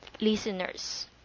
listeners